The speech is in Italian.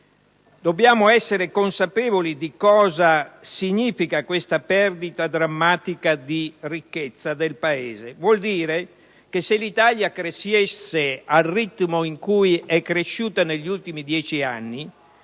Dobbiamo essere consapevoli di cosa significa questa perdita drammatica di ricchezza del Paese: vuol dire che se l'Italia crescesse al ritmo in cui è cresciuta negli ultimi 10 anni